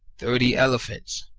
thirty elephants,